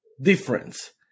difference